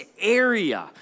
area